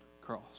cross